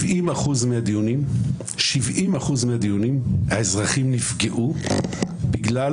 ב-70% מהדיונים האזרחים נפגעו בגלל